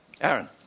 aaron